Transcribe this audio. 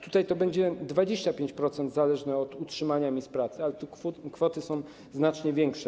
Tutaj to będzie 25%, zależne od utrzymania miejsc pracy, ale kwoty są znacznie większe.